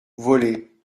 volée